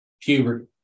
puberty